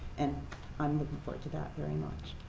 and i'm looking forward to that very much.